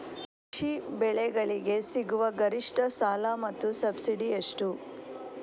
ಕೃಷಿ ಬೆಳೆಗಳಿಗೆ ಸಿಗುವ ಗರಿಷ್ಟ ಸಾಲ ಮತ್ತು ಸಬ್ಸಿಡಿ ಎಷ್ಟು?